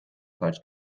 falsch